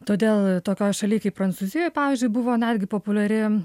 todėl tokioj šaly kaip prancūzijoj pavyzdžiui buvo netgi populiari